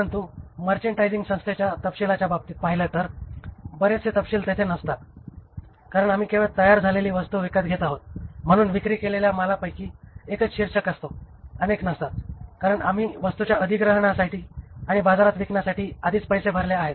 परंतु मर्चेंडायझिंग संस्थेच्या तपशिलाच्या बाबतीत पाहिले तर बरेचसे तपशील तेथे नसतात कारण आम्ही केवळ तयार झालेली वस्तू विकत घेत आहोत म्हणून विक्री केलेल्या मालापैकी एकच शीर्षक असतो अनेक नसतात कारण आम्ही वस्तूंच्या अधिग्रहणासाठी आणि बाजारात विकण्यासाठी आधीच पैसे भरले आहेत